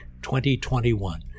2021